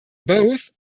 both